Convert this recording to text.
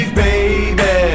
baby